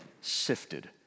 sifted